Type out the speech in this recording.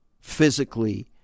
physically